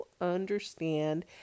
understand